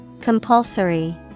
Compulsory